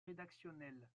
rédactionnel